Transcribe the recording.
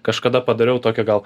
kažkada padariau tokią gal